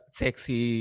sexy